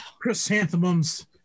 chrysanthemums